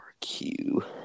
RQ